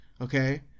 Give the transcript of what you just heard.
Okay